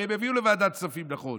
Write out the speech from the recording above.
הרי הם הביאו לוועדת הכספים נכון.